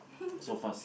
so fast